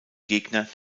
gegner